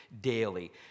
daily